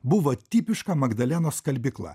buvo tipiška magdalenos skalbykla